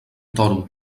toro